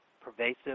pervasive